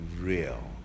real